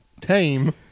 tame